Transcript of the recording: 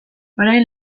orain